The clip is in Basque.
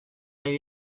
ari